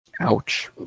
Ouch